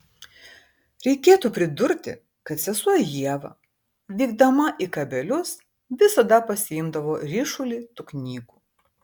reikėtų pridurti kad sesuo ieva vykdama į kabelius visada pasiimdavo ryšulį tų knygų